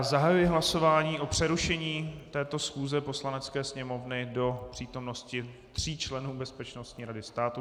Zahajuji hlasování o přerušení této schůze Poslanecké sněmovny do přítomnosti tří členů Bezpečnostní rady státu.